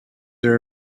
there